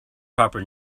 proper